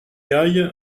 aille